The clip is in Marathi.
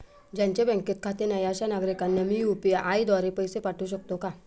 ज्यांचे बँकेत खाते नाही अशा नागरीकांना मी यू.पी.आय द्वारे पैसे पाठवू शकतो का?